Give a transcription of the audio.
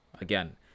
Again